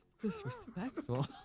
disrespectful